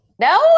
No